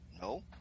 No